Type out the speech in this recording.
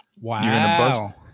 Wow